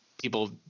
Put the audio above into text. People